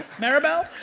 maribel?